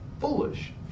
foolish